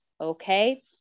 Okay